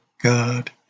God